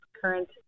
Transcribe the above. current